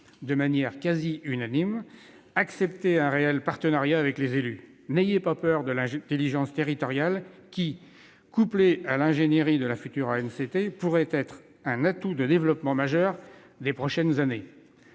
de manière quasiment unanime : acceptez un réel partenariat avec les élus ! N'ayez pas peur de l'intelligence territoriale, qui, couplée à l'ingénierie de la future ANCT, pourrait être un atout de développement majeur les prochaines années